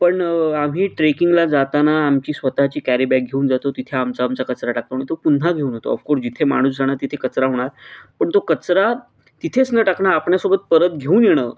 पण आम्ही ट्रेकिंगला जाताना आमची स्वतःची कॅरी बॅग घेऊन जातो तिथे आमचा आमचा कचरा टाकतो आणि तो पुन्हा घेऊन येतो ऑफकोर्स जिथे माणूस जाणार तिथे कचरा होणार पण तो कचरा तिथेच न टाकणं आपणासोबत परत घेऊन येणं